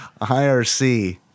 IRC